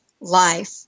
life